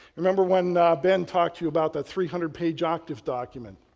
remember when ben talked to you about that three hundred page octave document.